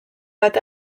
bat